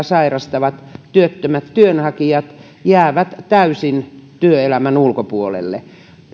sairastavat työttömät työnhakijat jäävät täysin työelämän ulkopuolelle